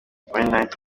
knight